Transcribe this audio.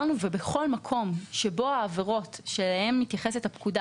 כאשר בכל מקום שבו העבירות שאליהן מתייחסת הפקודה